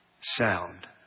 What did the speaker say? sound